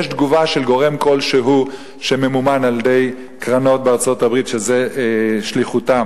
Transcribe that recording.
יש תגובה של גורם כלשהו שממומן על-ידי קרנות בארצות-הברית שזו שליחותן.